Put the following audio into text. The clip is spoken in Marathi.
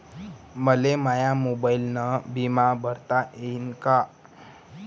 मले माया मोबाईलनं बिमा भरता येईन का?